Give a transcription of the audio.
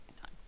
time